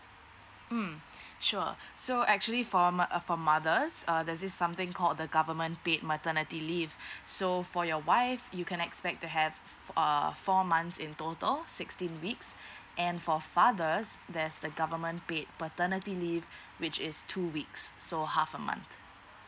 mm sure so actually for uh for mother's err there's this something call the government paid maternity leave so for your wife you can expect to have err four months in total sixteen weeks and for fathers there's the government paid paternity leave which is two weeks so half a month